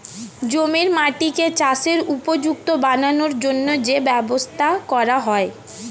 জমির মাটিকে চাষের উপযুক্ত বানানোর জন্যে যে ব্যবস্থা করা হয়